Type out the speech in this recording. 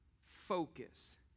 focus